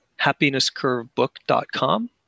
happinesscurvebook.com